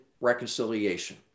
reconciliation